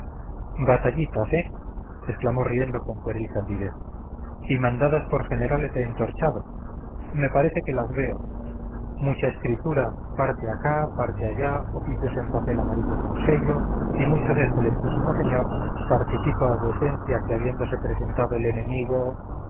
batallitas eh exclamó riendo con pueril candidez y mandadas por generales de entorchado me parece que las veo mucha escritura parte acá parte allá oficios en papel amarillo con sello y mucho de excelentísimo señor participo a vuecencia que habiéndose presentado el enemigo